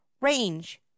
Range